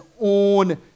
own